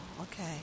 okay